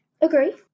Agree